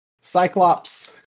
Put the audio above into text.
Cyclops